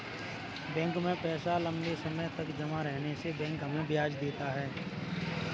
bank में पैसा लम्बे समय तक जमा रहने से बैंक हमें ब्याज देता है